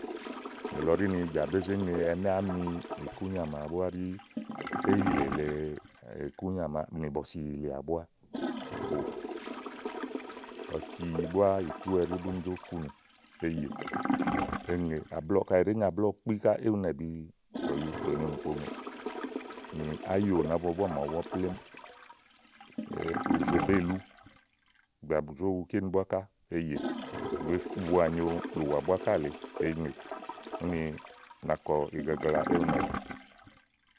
Níìlɔ di ni bìà bé zé ŋe ikúnyà màa ɖí éyilè lèe ìkúnyà nì bɔ̀sì yìlèà búáá ò. ɔti búá ìtú búni zó funù eyè eŋè àblɔ̀ɔ. kaɖi è ɖèé ŋe ablɔ̀ɔ ká kpi íwunɛ ɔ̀yu tò nyo ìnùkpòyòò. nì áyò nàábua búá màaɖu búá, plémú ùzèbeè lu, bìà bù zó Wu kíni búá ká eyè bo wùà nyo ùwà búá ká lèe eŋè úni una kɔ igagla éwunɛbìi.